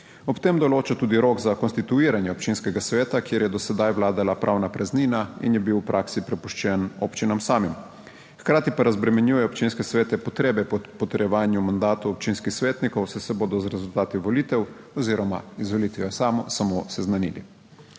Ob tem določa tudi rok za konstituiranje občinskega sveta, kjer je do sedaj vladala pravna praznina in je bil v praksi prepuščen občinam samim. Hkrati pa razbremenjuje občinske svete potrebe po potrjevanju mandatov občinskih svetnikov, saj se bodo z rezultati volitev oziroma izvolitvijo samo seznanili.